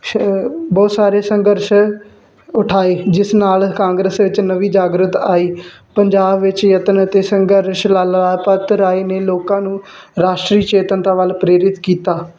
ਸ਼ ਬਹੁਤ ਸਾਰੇ ਸੰਘਰਸ਼ ਉਠਾਏ ਜਿਸ ਨਾਲ ਕਾਂਗਰਸ ਵਿੱਚ ਨਵੀਂ ਜਾਗਰਿਤ ਆਈ ਪੰਜਾਬ ਵਿੱਚ ਯਤਨ ਅਤੇ ਸੰਘਰਸ਼ ਲਾਲਾ ਲਾਜਪਤ ਰਾਏ ਨੇ ਲੋਕਾਂ ਨੂੰ ਰਾਸ਼ਟਰੀ ਚੇਤਨਤਾ ਵੱਲ ਪ੍ਰੇਰਿਤ ਕੀਤਾ